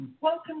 Welcome